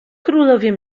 królowie